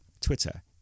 Twitter